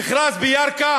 המכרז בירכא